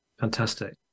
Fantastic